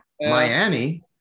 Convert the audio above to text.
Miami